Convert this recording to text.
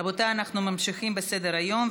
רבותיי, אנחנו ממשיכים בסדר-היום.